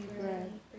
bread